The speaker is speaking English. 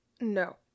No